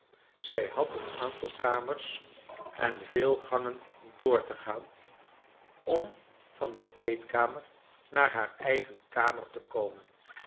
zij had een aantal kamers voorbij kleine dorrit on veel gangen door te gaan om van de eetkamer naar haar eigen karaer te komen